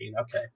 Okay